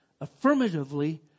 affirmatively